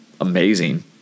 amazing